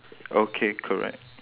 okay correct